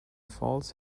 falls